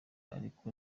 ariko